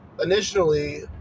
initially